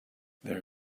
there